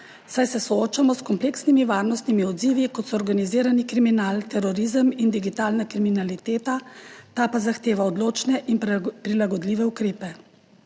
saj se soočamo s kompleksnimi varnostnimi odzivi, kot so organiziran kriminal, terorizem in digitalna kriminaliteta, ta pa zahteva odločne in prilagodljive ukrepe.